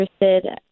interested